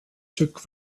took